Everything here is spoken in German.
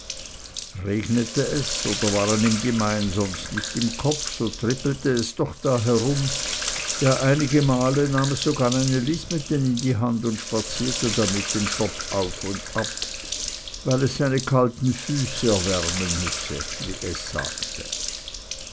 regnete es oder waren ihm die meien sonst nicht im kopf so trippelte es doch da herum ja einigemal nahm es sogar eine lismete in die hand und spazierte damit den schopf auf und ab weil es seine kalten füße erwärmen müßte wie es sagte